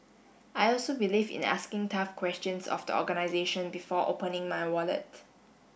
I also believe in asking tough questions of the organisation before opening my wallet